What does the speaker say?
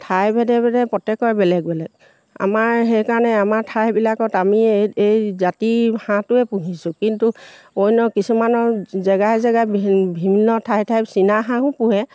ঠাই ভেদে ভেদে প্ৰত্যেকৰে বেলেগ বেলেগ আমাৰ সেইকাৰণে আমাৰ ঠাইবিলাকত আমি এই এই জাতি হাঁহটোৱে পুহিছোঁ কিন্তু অন্য কিছুমানৰ জেগাই জেগাই ভিন্ন ঠাই ঠাই চীনাহাঁহো পুহে